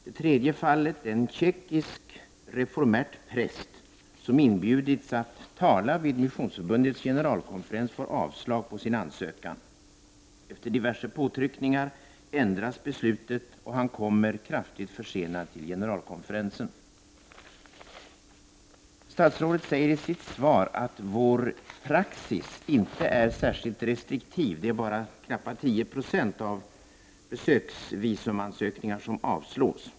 Det tredje fallet rör en tjeckisk reformert präst som inbjuds att tala vid Missionsförbundets generalkonferens och får avslag på sin ansökan. Efter diverse påtryckningar ändras beslutet, och han kommer kraftigt försenad till generalkonferensen. Statsrådet säger i sitt svar att praxis inte är särskilt restriktiv och att knappa 10 % av besöksvisumsansökningarna avslås.